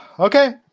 Okay